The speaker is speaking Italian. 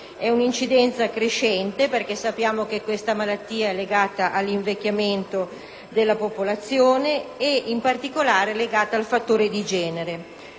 un'incidenza crescente, perché sappiamo che questa patologia è legata all'invecchiamento della popolazione ed in particolare al fattore di genere.